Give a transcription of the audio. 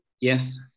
yes